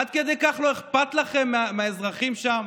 עד כדי כך לא אכפת לכם מהאזרחים שם?